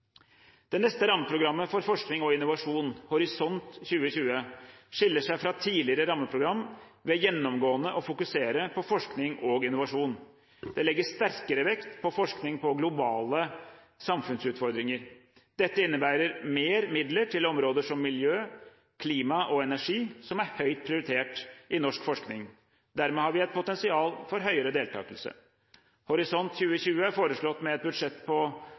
Det neste rammeprogrammet for forskning og innovasjon, Horisont 2020, skiller seg fra tidligere rammeprogram ved gjennomgående å fokusere på forskning og innovasjon. Det legger sterkere vekt på forskning på globale samfunnsutfordringer. Dette innebærer mer midler til områder som miljø, klima og energi, som er høyt prioritert i norsk forskning. Dermed har vi et potensial for høyere deltakelse. Horisont 2020 er foreslått med et budsjett på